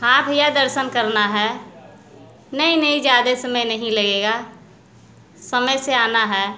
हाँ भैया दर्शन करना है नहीं नहीं ज़्यादा समय नहीं लगेगा समय से आना है